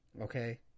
Okay